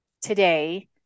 today